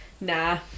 nah